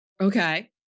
Okay